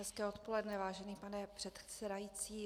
Hezké odpoledne, vážený pane předsedající.